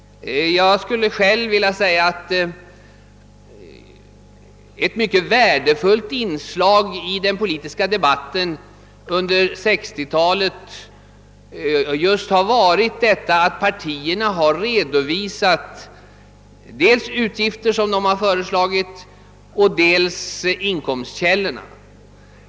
Själv tycker jag att det varit ett värdefullt inslag i den politiska debatten under 1960-talet att partierna redovisat dels sådana utgifter som de föreslagit, dels inkomstkällorna.